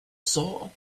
saw